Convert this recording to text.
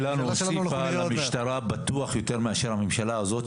הממשלה שלנו בטוח הוסיפה למשטרה יותר מאשר הממשלה הזאת,